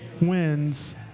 wins